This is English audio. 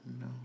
No